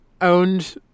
owned